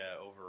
over